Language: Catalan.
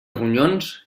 ronyons